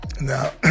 Now